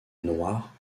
noire